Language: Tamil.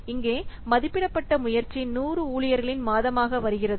இங்கே மதிப்பிடப்பட்ட முயற்சி 100 ஊழியர்களின் மாதமாக வருகிறது